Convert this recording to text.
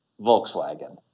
Volkswagen